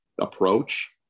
approach